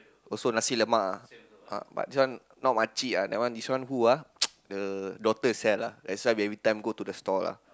also nasi-lemak ah uh but this one not makcik ah that one this one who ah the daughter sell ah that's why we every time go the store ah